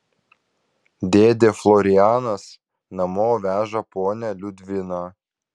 dėdė florianas namo veža ponią liudviną